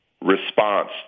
Response